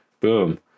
Boom